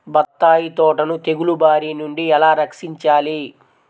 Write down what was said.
బత్తాయి తోటను తెగులు బారి నుండి ఎలా రక్షించాలి?